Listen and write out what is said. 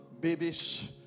Babies